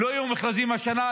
לא יהיו מכרזים השנה,